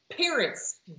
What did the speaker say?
parents